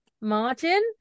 margin